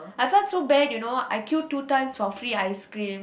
I felt so bad you know I queued two times for free ice cream